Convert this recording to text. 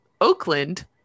Oakland